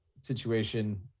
situation